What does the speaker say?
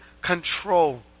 control